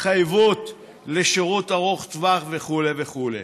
התחייבות לשירות ארוך טווח וכו' וכו'.